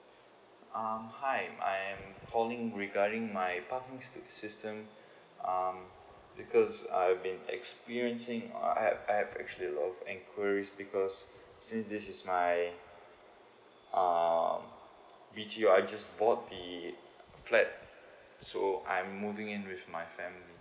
uh hi I'm calling regarding my parking assistance um because I've been experiencing I have I have actually a lot of enquiries because since this is my uh B_T_O I just bought the flat so I'm moving in with my family